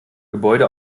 gebäude